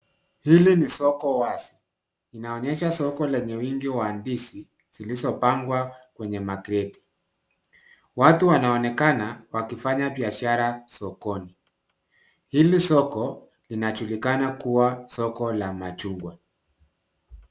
Hili ni soko wazi. Inaonyesha soko lenye wingi wa ndizi, zilizopangwa kwenye makreti. Watu wanaonekana wakifanya biashara sokoni. Hili soko linajulikana kuwa soko la machungwa.